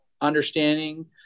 understanding